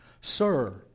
Sir